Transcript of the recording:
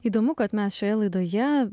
įdomu kad mes šioje laidoje